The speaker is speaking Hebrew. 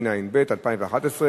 התשע"ב 2011,